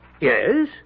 yes